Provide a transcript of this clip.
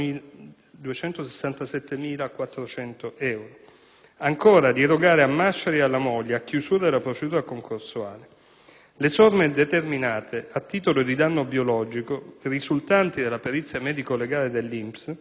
altresì incaricato di erogare a Masciari e alla moglie, a chiusura della procedura concorsuale, le somme determinate a titolo di danno biologico risultanti dalla perizia medico-legale dell'INPS,